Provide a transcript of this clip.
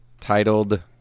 Titled